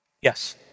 Yes